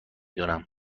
دونم